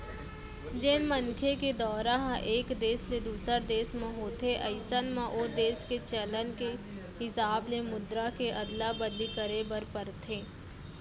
जेन मनखे के दौरा ह एक देस ले दूसर देस म होथे अइसन म ओ देस के चलन के हिसाब ले मुद्रा के अदला बदली करे बर परथे